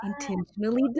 intentionally